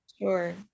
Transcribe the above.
Sure